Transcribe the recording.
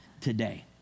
today